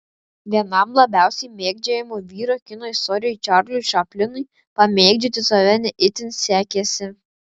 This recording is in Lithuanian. vienam labiausiai mėgdžiojamų vyrų kino istorijoje čarliui čaplinui pamėgdžioti save ne itin sekėsi